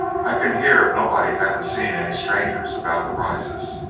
i can hear of nobody having seen any strangers about the rises,